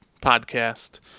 podcast